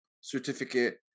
certificate